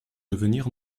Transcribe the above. devenir